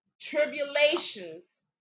tribulations